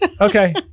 Okay